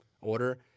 order